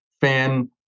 fan